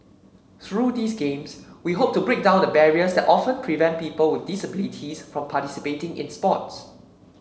through these Games we hope to break down the barriers that often prevent people with disabilities from participating in sports